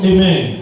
Amen